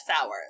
sour